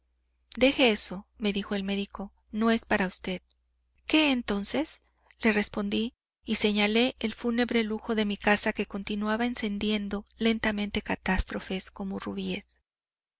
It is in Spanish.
morfina deje eso me dijo el médico no es para usted qué entonces le respondí y señalé el fúnebre lujo de mi casa que continuaba encendiendo lentamente catástrofes como rubíes